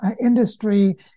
industry